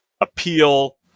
appeal